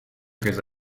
questa